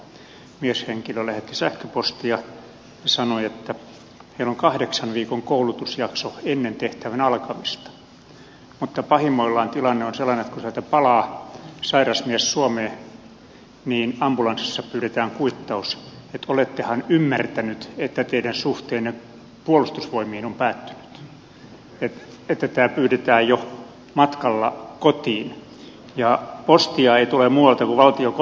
eräs siellä palveleva mieshenkilö lähetti sähköpostia ja sanoi että heillä on kahdeksan viikon koulutusjakso ennen tehtävän alkamista mutta pahimmoillaan tilanne on sellainen että kun sieltä palaa sairas mies suomeen niin ambulanssissa pyydetään kuit taus että olettehan ymmärtänyt että teidän suhteenne puolustusvoimiin on päättynyt ja tämä pyydetään jo matkalla kotiin ja postia ei tule muualta kuin valtiokonttorista